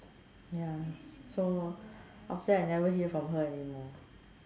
ya so after I never hear from her anymore